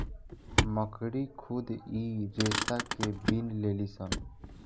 मकड़ी खुद इ रेसा के बिन लेलीसन